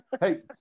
Hey